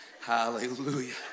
Hallelujah